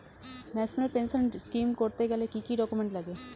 National pension scheme করতে গেলে কি কি ডকুমেন্ট লাগে?